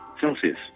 Celsius